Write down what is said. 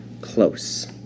close